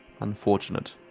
unfortunate